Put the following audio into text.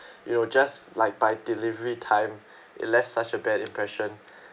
you know just like by delivery time it left such a bad impression